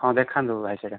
ହଁ ଦେଖାନ୍ତୁ ଭାଇ ସେଇଟା